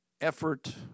effort